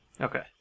Okay